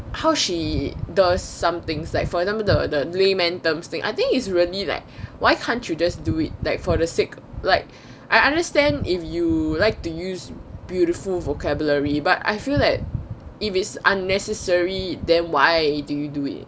how she does somethings like for example the layman terms thing I think is really leh why can't you just do it that for the sake like I understand if you like to use beautiful vocabulary but I feel that it is unnecessary then why do you do it